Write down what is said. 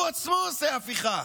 הוא עצמו עושה הפיכה.